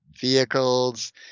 vehicles